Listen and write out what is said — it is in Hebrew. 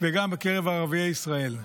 וגם בקרב ערביי ישראל.